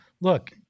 Look